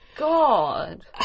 God